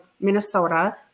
Minnesota